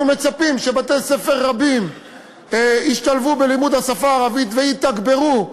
אנחנו מצפים שבתי-ספר רבים ישתלבו בלימוד השפה הערבית ויתגברו,